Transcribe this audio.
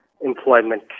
employment